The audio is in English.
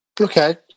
Okay